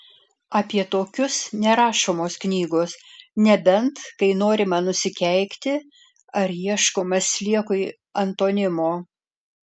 apie tokius nerašomos knygos nebent kai norima nusikeikti ar ieškoma sliekui antonimo